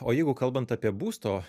o jeigu kalbant apie būsto